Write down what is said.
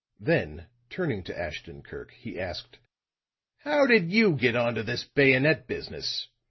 then turning to ashton-kirk he asked how did you get onto this bayonet business?